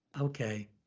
Okay